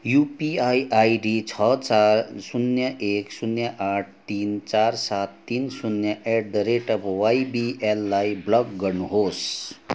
UPI ID छ चार शून्य एक शून्य आठ ति चार सात तिन शून्य एट द रेट वाइबिएललाई ब्लक गर्नुहोस्